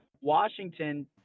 Washington